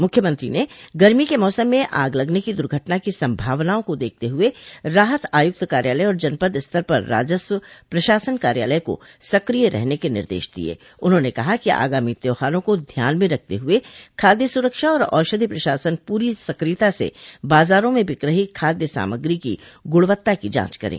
मुख्यमंत्री ने गरमी के मौसम में आग लगने की दुर्घटना की संभावना को देखते हुए राहत आयुक्त कार्यालय और जनपद स्तर पर राजस्व प्रशासन कार्यालय को सकिय रहने के निर्देश दियें उन्होंने कहा कि आगामी त्यौहारों को ध्यान में रखते हुए खाद्य सुरक्षा और औषधि प्रशासन पूरी सकियता से बाजारों में बिक रही खाद्य सामग्री की गुणवत्ता की जांच करे